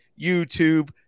YouTube